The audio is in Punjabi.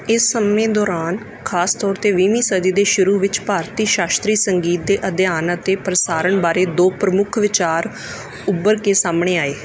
ਇਸ ਸਮੇਂ ਦੌਰਾਨ ਖ਼ਾਸ ਤੌਰ 'ਤੇ ਵੀਹਵੀਂ ਸਦੀ ਦੇ ਸ਼ੁਰੂ ਵਿੱਚ ਭਾਰਤੀ ਸ਼ਾਸਤਰੀ ਸੰਗੀਤ ਦੇ ਅਧਿਐਨ ਅਤੇ ਪ੍ਰਸਾਰਣ ਬਾਰੇ ਦੋ ਪ੍ਰਮੁੱਖ ਵਿਚਾਰ ਉਭਰ ਕੇ ਸਾਹਮਣੇ ਆਏ